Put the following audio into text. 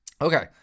okay